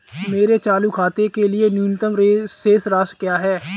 मेरे चालू खाते के लिए न्यूनतम शेष राशि क्या है?